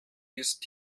ist